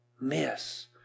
miss